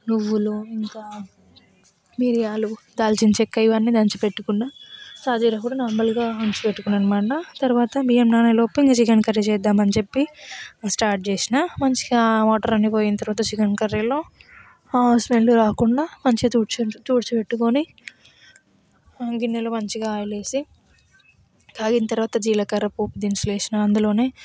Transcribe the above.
నువ్వులు ఇంకా మిరియాలు దాల్చిన చెక్క ఇవన్నీ దంచి పెట్టుకున్న సాజీర కూడా నార్మల్గా దంచి పెట్టుకున్న అనమాట తర్వాత బియ్యం నానేలోపే ఇంకా చికెన్ కర్రీ చేద్దాం అని చెప్పి స్టార్ట్ చేసిన మంచిగా వాటర్ అన్ని పోయిన తర్వాత చికెన్ కర్రీలో స్మెల్ రాకుండా మంచిగా తుడుచు తుడిచిపెట్టుకొని గిన్నెలో మంచిగా ఆయిల్ వేసి కాగిన తర్వాత జీలకర్ర పోపు దినుసులు వేసిన అందులోనే